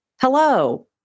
hello